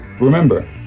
remember